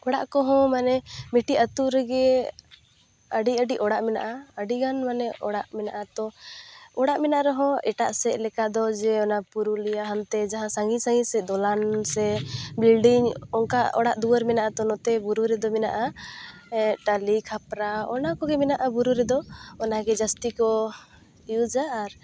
ᱚᱲᱟᱜ ᱠᱚᱦᱚᱸ ᱢᱟᱱᱮ ᱢᱤᱫᱴᱮᱡ ᱟᱹᱛᱩ ᱨᱮᱜᱮ ᱟᱹᱰᱤ ᱟᱹᱰᱤ ᱚᱲᱟᱜ ᱢᱮᱱᱟᱜᱼᱟ ᱟᱹᱰᱤᱜᱟᱱ ᱢᱟᱱᱮ ᱚᱲᱟᱜ ᱢᱮᱱᱟᱜᱼᱟ ᱛᱚ ᱚᱲᱟᱜ ᱢᱮᱱᱟᱜ ᱨᱮᱦᱚᱸ ᱮᱴᱟᱜ ᱥᱮᱫᱞᱮᱠᱟ ᱫᱚ ᱡᱮ ᱚᱱᱟ ᱯᱩᱨᱩᱞᱤᱭᱟ ᱦᱟᱱᱛᱮ ᱡᱟᱦᱟᱸ ᱥᱟᱸᱜᱤᱧ ᱥᱟᱸᱜᱤᱧ ᱥᱮᱫ ᱫᱚᱞᱟᱱ ᱥᱮ ᱵᱤᱞᱰᱤᱝ ᱚᱱᱠᱟ ᱚᱲᱟᱜ ᱫᱩᱣᱟᱹᱨ ᱢᱮᱱᱟᱜᱼᱟ ᱛᱚ ᱱᱚᱛᱮ ᱵᱩᱨᱩ ᱨᱮᱫᱚ ᱢᱮᱱᱟᱜᱼᱟ ᱴᱟᱞᱤ ᱠᱷᱯᱨᱟᱜ ᱚᱱᱟᱠᱚᱜᱮ ᱢᱮᱱᱟᱜᱼᱟ ᱵᱩᱨᱩ ᱨᱮᱫᱚ ᱚᱱᱟᱜᱮ ᱡᱟᱹᱥᱛᱤ ᱠᱚ ᱤᱩᱩᱡᱟ ᱟᱨ